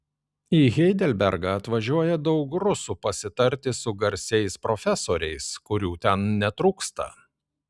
į heidelbergą atvažiuoja daug rusų pasitarti su garsiais profesoriais kurių ten netrūksta